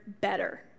better